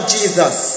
Jesus